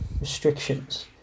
restrictions